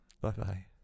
Bye-bye